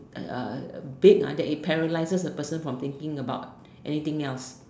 big that it paralyses the person from thinking about anything else